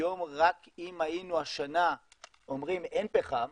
היום רק אם היינו השנה אומרים אין פחם,